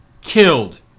killed